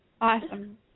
Awesome